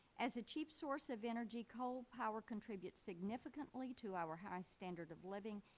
as a chief source of energy coal power contributes significantly to our high standard of living,